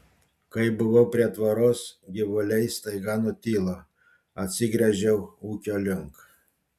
kai buvau prie tvoros gyvuliai staiga nutilo atsigręžiau ūkio link